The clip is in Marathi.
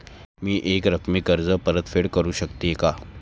मी एकरकमी कर्ज परतफेड करू शकते का?